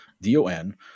d-o-n